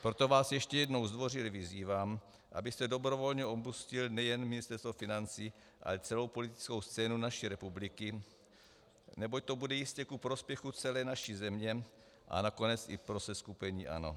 Proto vás ještě jednou zdvořile vyzývám, abyste dobrovolně opustil nejen Ministerstvo financí, ale celou politickou scénu naší republiky, neboť to bude jistě ku prospěchu celé naší země a nakonec pro seskupení ANO.